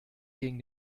gegen